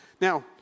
Now